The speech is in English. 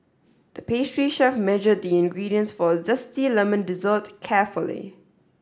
the pastry chef measured the ingredients for a zesty lemon dessert carefully